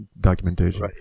documentation